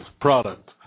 product